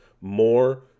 more